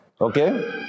Okay